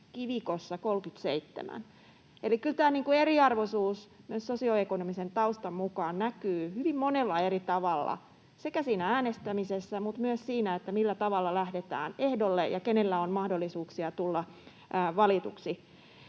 Kivikossa 37. Eli kyllä tämä eriarvoisuus myös sosioekonomisen taustan mukaan näkyy hyvin monella eri tavalla: sekä siinä äänestämisessä mutta myös siinä, millä tavalla lähdetään ehdolle ja kenellä on mahdollisuuksia tulla valituksi.